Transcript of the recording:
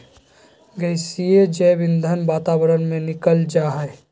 गैसीय जैव ईंधन वातावरण में निकल जा हइ